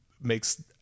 makes